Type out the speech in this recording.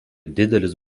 didelis